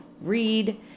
read